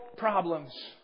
problems